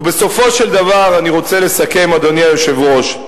ובסופו של דבר, אני רוצה לסכם, אדוני היושב-ראש: